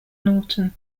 norton